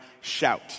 shout